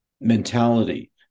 mentality